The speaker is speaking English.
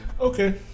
Okay